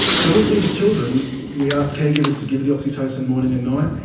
so with these children, we asked caregivers to give the oxytocin morning and night,